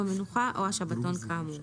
המועד האמור,